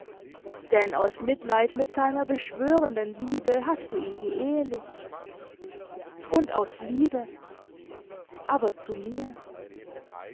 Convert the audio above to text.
denn aus mitleid mit seiner beschwörenden liebe hast du ihn geehelicht und aus liebe aber zu mir